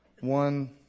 one